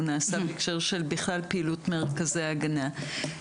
הוא נעשה בהקשר בכלל של פעילות מרכזי הגנה.